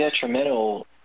detrimental